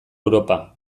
europa